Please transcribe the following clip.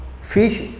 Fish